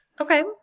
Okay